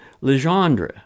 Legendre